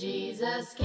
Jesus